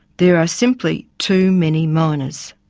there are simply too many miners.